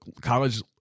college